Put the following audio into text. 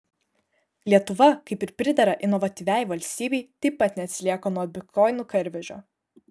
lietuva kaip ir pridera inovatyviai valstybei taip pat neatsilieka nuo bitkoinų garvežio